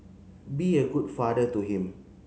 be a good father to him